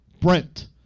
Brent